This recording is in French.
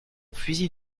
fusil